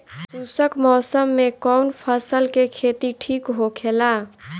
शुष्क मौसम में कउन फसल के खेती ठीक होखेला?